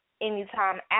anytime